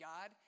God